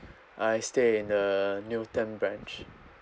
I stay in the newton branch